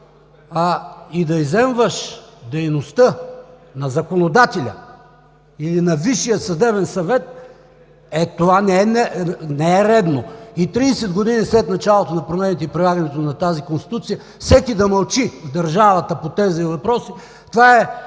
да изземваш дейността на законодателя или на Висшия съдебен съвет, е, това не е редно. И 30 години след началото на промените и прилагането на Конституцията всеки да мълчи в държавата по тези въпроси, това е